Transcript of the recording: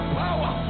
power